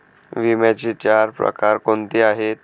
विम्याचे चार प्रकार कोणते आहेत?